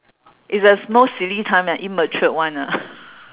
it's a most silly time and immature one ah